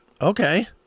Okay